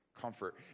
comfort